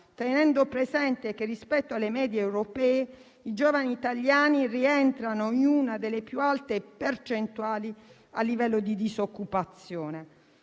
tenendo presente che, rispetto alle medie europee, i giovani italiani rientrano in una delle più alte percentuali a livello di disoccupazione.